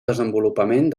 desenvolupament